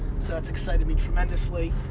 so that's excited me tremendously.